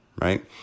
right